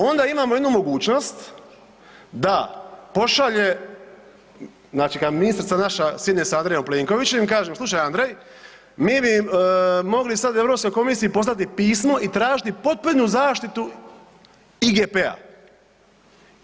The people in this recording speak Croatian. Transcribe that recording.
Onda imamo jednu mogućnost da pošalje, znači kad ministrica naša sjedne sa Andrejem Plenkovićem i kaže slušaj Andrej, mi bi mogli sad Europskoj komisiji poslati pismo i tražiti potpunu zaštitu IGP-a.